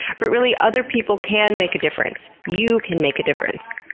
but really, other people can make a difference. you can make a difference.